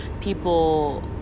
people